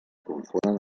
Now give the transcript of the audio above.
confonen